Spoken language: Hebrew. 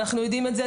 אנחנו יודעים את זה,